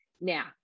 Now